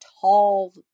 tall